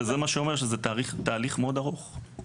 מה שאומר שמדובר בתהליך ארוך מאוד.